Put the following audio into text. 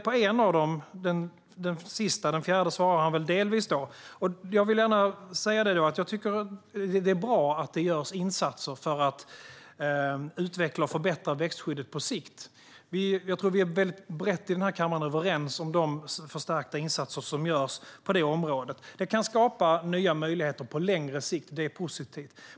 På en av dem, den sista, svarar han väl delvis. Jag vill gärna säga att jag tycker att det är bra att det görs insatser för att utveckla och förbättra växtskyddet på sikt. Jag tror att vi i den här kammaren är brett överens om de förstärkta insatser som görs på det området. Det kan skapa nya möjligheter på längre sikt, och det är positivt.